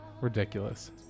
Ridiculous